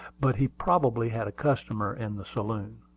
but he probably had a customer in the saloon.